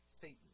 Satan